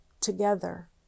together